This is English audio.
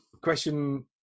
Question